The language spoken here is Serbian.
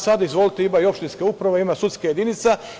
Sada, izvolite, imate i opštinska uprava, ima sudska jedinica.